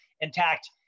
intact